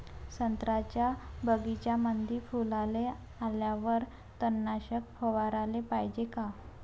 संत्र्याच्या बगीच्यामंदी फुलाले आल्यावर तननाशक फवाराले पायजे का?